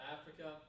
Africa